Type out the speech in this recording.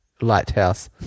Lighthouse